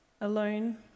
alone